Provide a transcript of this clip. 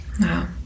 Wow